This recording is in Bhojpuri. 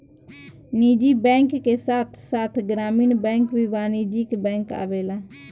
निजी बैंक के साथ साथ ग्रामीण बैंक भी वाणिज्यिक बैंक आवेला